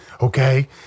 okay